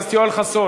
חבר הכנסת יואל חסון.